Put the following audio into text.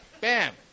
bam